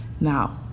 Now